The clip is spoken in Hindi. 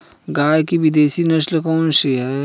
गाय की विदेशी नस्ल कौन सी है?